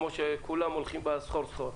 כמו שכולם הולכים בה סחור-סחור.